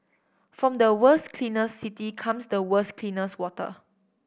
from the world's cleanest city comes the world's cleanest water